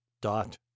dot